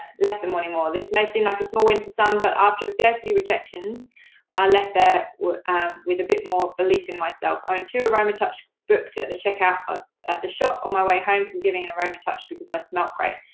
left them wanting more. this may seem like a small win to some, but after a fair few rejections, i left there with a bit more belief in myself. i have two aromatouch booked at the checkout ah at the shop on my way home from giving an aromatouch because i smelt great.